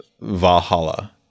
Valhalla